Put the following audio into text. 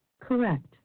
Correct